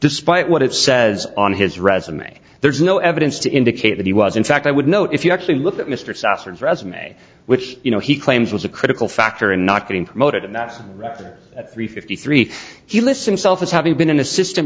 despite what it says on his resume there is no evidence to indicate that he was in fact i would know if you actually look at mr southard resume which you know he claims was a critical factor in not getting promoted and that at three fifty three he listened self as having been an assistant